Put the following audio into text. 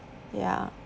ya